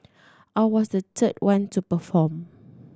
I was the third one to perform